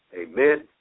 Amen